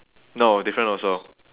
no different also